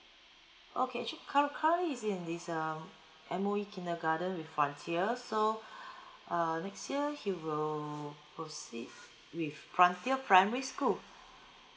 okay actually current currently he's in he's uh M_O_E kindergarten with frontier so uh next year he will proceed with frontier primary school